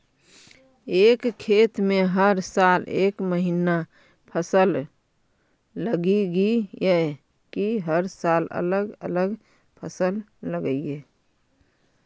एक खेत में हर साल एक महिना फसल लगगियै कि हर साल अलग अलग फसल लगियै?